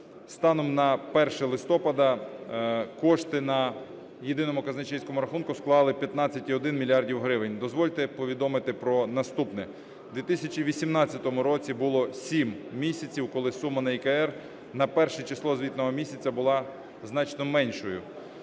Станом на 1 листопада кошти на єдиному казначейському рахунку склали 15,1 мільярда гривень. Дозвольте повідомити про наступне. В 2018 році було 7 місяців, коли сума на ЄКР на перше число звітного місяця була значно меншою.